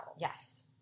Yes